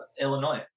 illinois